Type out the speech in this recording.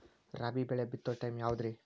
ರಾಬಿ ಬೆಳಿ ಬಿತ್ತೋ ಟೈಮ್ ಯಾವದ್ರಿ?